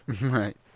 Right